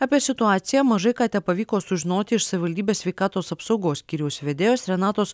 apie situaciją mažai ką tepavyko sužinoti iš savivaldybės sveikatos apsaugos skyriaus vedėjos renatos